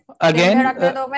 Again